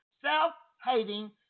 self-hating